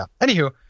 anywho